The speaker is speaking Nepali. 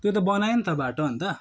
त्यो त बनायो नि त बाटो अन्त